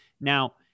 Now